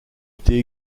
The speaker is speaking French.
été